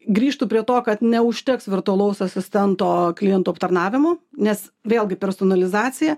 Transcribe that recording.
grįžtu prie to kad neužteks virtualaus asistento klientų aptarnavimo nes vėlgi personalizacija